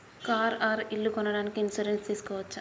Car or ఇల్లు కొనడానికి insurance తీస్కోవచ్చా?